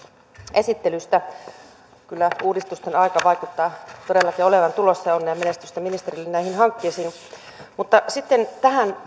esittelystä kyllä uudistusten aika vaikuttaa todellakin olevan tulossa ja onnea ja menestystä ministerille näihin hankkeisiin mutta sitten tähän